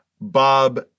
Bob